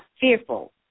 fearful